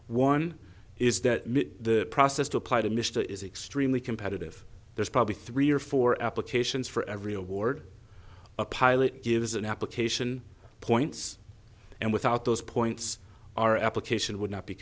one is that the process to apply to misha is extremely competitive there's probably three or four applications for every award a pilot gives an application points and without those points our application would not be